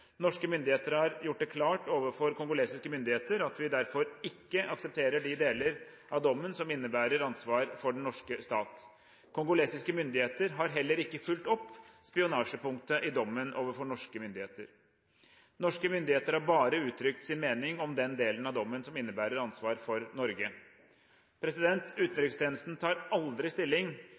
Norske myndigheter har gjort det klart overfor kongolesiske myndigheter at vi derfor ikke aksepterer de deler av dommen som innebærer ansvar for den norske stat. Kongolesiske myndigheter har heller ikke fulgt opp spionasjepunktet i dommen overfor norske myndigheter. Norske myndigheter har bare uttrykt sin mening om den delen av dommen som innebærer ansvar for Norge. Utenrikstjenesten tar aldri stilling